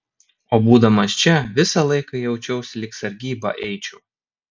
o būdamas čia visą laiką jaučiausi lyg sargybą eičiau